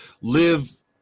live